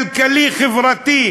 כלכלי וחברתי,